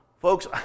Folks